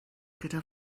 gyda